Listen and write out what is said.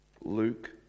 Luke